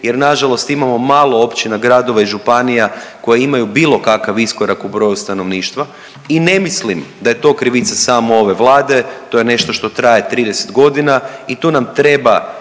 jer na žalost imamo malo općina, gradova i županija koje imaju bilo kakav iskorak u broju stanovništva i ne mislim da je to krivica ove Vlade. To je nešto što traje 30 godina i tu nam treba